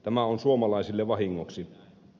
tämä on suomalaisille vahingoksi